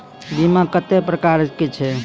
बीमा कत्तेक प्रकारक छै?